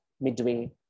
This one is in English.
midway